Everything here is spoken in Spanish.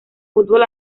fútbol